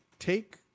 Take